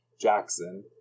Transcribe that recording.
Jackson